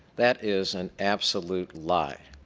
that is an absolute lie.